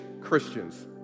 Christians